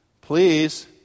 please